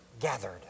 gathered